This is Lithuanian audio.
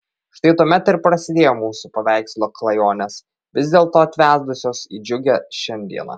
štai tuomet ir prasidėjo mūsų paveikslo klajonės vis dėlto atvedusios į džiugią šiandieną